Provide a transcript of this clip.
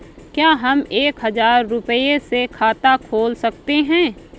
क्या हम एक हजार रुपये से खाता खोल सकते हैं?